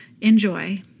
Enjoy